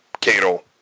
Cato